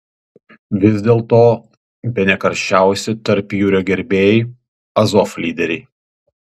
vis dėlto bene karščiausi tarpjūrio gerbėjai azov lyderiai